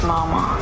Mama